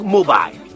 Mobile